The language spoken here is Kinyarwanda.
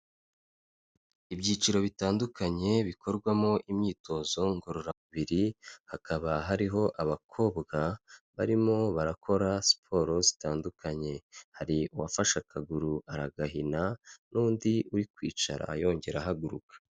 Ibyiciro bitandukanye bikorwamo imyitozo ngororamubiri, hakaba hariho abakobwa barimo barakora siporo zitandukanye, hari uwafashe akaguru aragahina n'undi uri kwicara yongera ahaguruka.